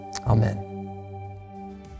Amen